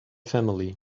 family